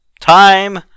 Time